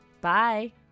Bye